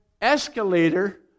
escalator